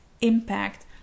impact